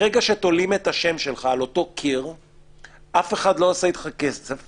ברגע שתולים את השם שלך על אותו קיר אף אחד לא עושה איתך עסקים.